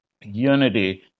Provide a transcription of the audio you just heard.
unity